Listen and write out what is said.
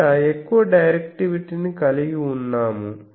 ఇక్కడ ఎక్కువ డైరెక్టివిటీని కలిగి వున్నాము